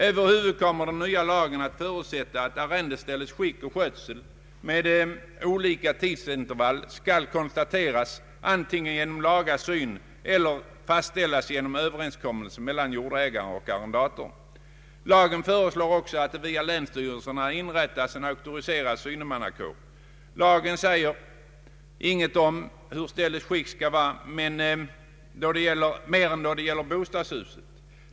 Över huvud taget kommer den nya lagen att förutsätta att arrendeställets skick och skötsel med olika tidsintervall skall konstateras, antingen genom laga syn eller fastställas genom överenskommelse mellan jordägaren och arrendatorn. Lagen föreslår också att det via länsstyrelserna inrättas en auktoriserad synemannakår. Lagen säger inget om hur ställets skick skall vara mer än då det gäller bostadshuset.